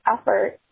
effort